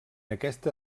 aquesta